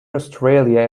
australia